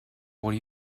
what